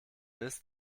ist